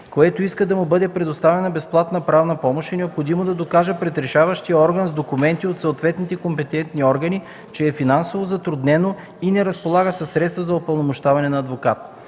което иска да му бъде предоставена безплатна правна помощ, е необходимо да докаже пред решаващия орган с документи от съответните компетентни органи, че е финансово затруднено и не разполага със средства за упълномощаване на адвокат.